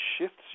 shifts